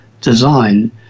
design